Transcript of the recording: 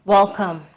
Welcome